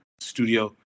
studio